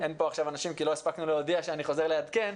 אין כאן עכשיו אנשים כי לא הספקנו להודיע שאני חוזר לעדכן,